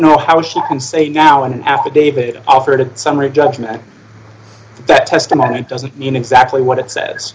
know how she can say now an affidavit offered a summary judgment that testimony doesn't mean exactly what it says